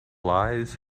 lies